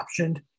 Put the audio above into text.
optioned